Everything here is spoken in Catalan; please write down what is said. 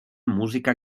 música